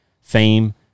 fame